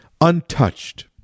untouched